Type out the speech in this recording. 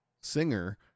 singer